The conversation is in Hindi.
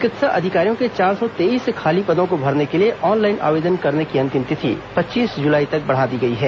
चिकित्सा अधिकारियों के चार सौ तेईस खाली पदों को भरने के लिए ऑनलाइन आवेदन करने की अंतिम तिथि पच्चीस जुलाई तक बढ़ा दी गई है